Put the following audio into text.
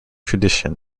tradition